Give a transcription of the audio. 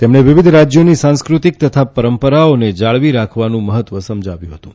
તેમણે વિવિધ રાજ્યોની સંસ્ક્રતિ તથા પરંપરાઓને જાળવી રાખવાનું મહત્વ સમજાવ્યું હતું